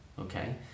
okay